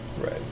right